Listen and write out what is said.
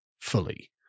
fully